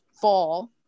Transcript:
fall